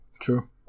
true